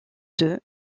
deux